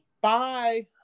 Bye